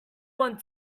want